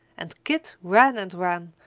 and kit ran and ran,